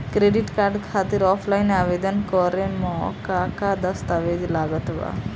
Credit card खातिर offline आवेदन करे म का का दस्तवेज लागत बा?